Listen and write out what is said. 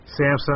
Samsung